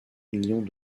millions